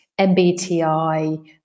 MBTI